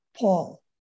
Paul